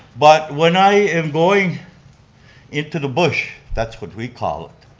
but when i am going into the bush, that's what we call it,